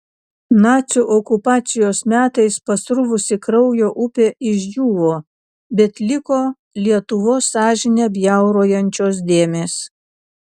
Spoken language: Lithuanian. nacių okupacijos metais pasruvusi kraujo upė išdžiūvo bet liko lietuvos sąžinę bjaurojančios dėmės